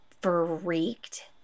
freaked